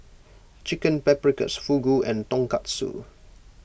Chicken Paprikas Fugu and Tonkatsu